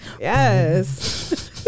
Yes